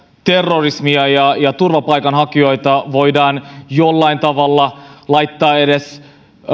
terrorismia ja ja turvapaikanhakijoita voidaan jollain tavalla laittaa edes